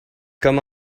come